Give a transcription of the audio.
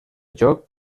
joc